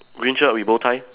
green shirt with bow tie